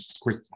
quick